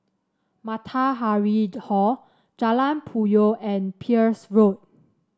Matahari Hall Jalan Puyoh and Peirce Road